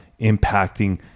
impacting